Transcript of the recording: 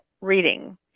reading